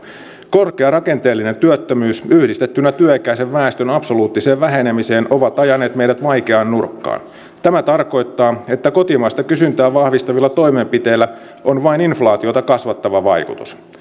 korkea rakenteellinen työttömyys yhdistettynä työikäisen väestön absoluuttiseen vähenemiseen ovat ajaneet meidät vaikeaan nurkkaan tämä tarkoittaa että kotimaista kysyntää vahvistavilla toimenpiteillä on vain inflaatiota kasvattava vaikutus